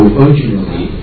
originally